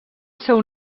seu